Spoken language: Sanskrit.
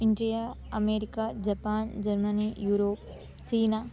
India America Japan Germany Europe China